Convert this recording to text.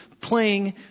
playing